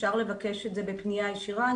אפשר לבקש את זה בפנייה ישירה.